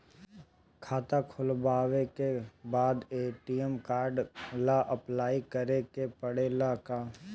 खाता खोलबाबे के बाद ए.टी.एम कार्ड ला अपलाई करे के पड़ेले का?